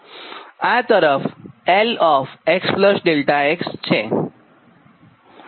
આ તરફ I xΔx છે